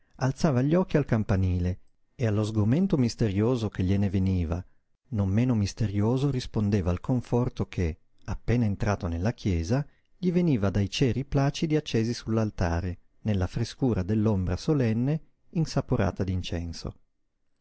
alzava gli occhi al campanile e allo sgomento misterioso che gliene veniva non meno misterioso rispondeva il conforto che appena entrato nella chiesa gli veniva dai ceri placidi accesi sull'altare nella frescura dell'ombra solenne insaporata d'incenso